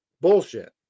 Bullshit